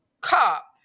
cop